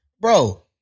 Bro